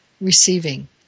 Receiving